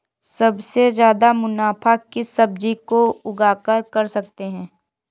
सबसे ज्यादा मुनाफा किस सब्जी को उगाकर कर सकते हैं?